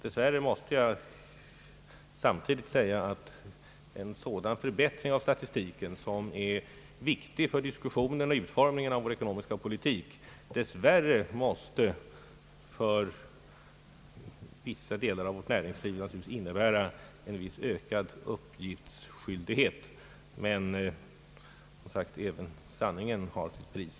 Dess värre måste jag samtidigt säga att en sådan förbättring av statistiken, som syftar till förbättrat underlag för utformningen av vår ekonomiska politik, för vissa delar av vårt näringsliv måste innebära en viss ökad uppgiftsskyldighet. Men sanningen kräver här sitt pris.